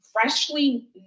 freshly